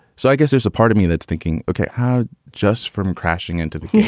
so i guess there's a part of me that's thinking, ok, how just from crashing into the